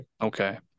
Okay